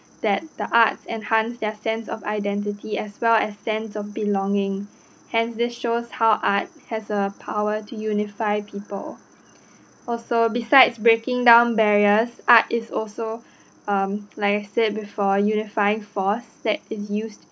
that the art enhance their sense of identity as well as sense of belonging hence this shows how art has a power to unify people also besides breaking down barriers art is also um like I said before a unifying force that is used